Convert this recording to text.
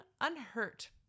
unhurt